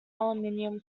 aluminum